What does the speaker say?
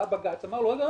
בא בג"צ אמר לו "רגע,